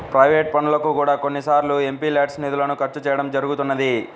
private పనులకు కూడా కొన్నిసార్లు ఎంపీల్యాడ్స్ నిధులను ఖర్చు చేయడం జరుగుతున్నది